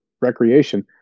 recreation